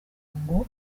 ngo